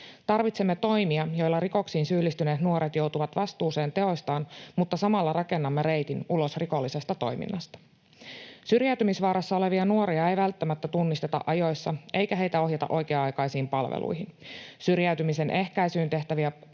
Tarvitsemme toimia, joilla rikoksiin syyllistyneet nuoret joutuvat vastuuseen teoistaan mutta samalla rakennamme reitin ulos rikollisesta toiminnasta. Syrjäytymisvaarassa olevia nuoria ei välttämättä tunnisteta ajoissa eikä heitä ohjata oikea-aikaisiin palveluihin. Syrjäytymisen ehkäisyyn tähtääviä